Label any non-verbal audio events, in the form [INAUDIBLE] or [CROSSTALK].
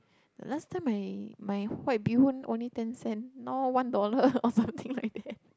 last time my my white bee-hoon only ten cent now one dollar [LAUGHS] or something like that [LAUGHS]